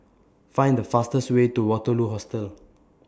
Find The fastest Way to Waterloo Hostel